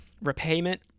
Repayment